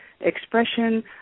expression